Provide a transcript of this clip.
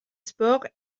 sports